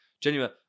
Genuine